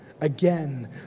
again